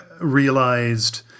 realized